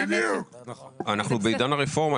אנחנו בעידן הרפורמה.